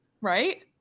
right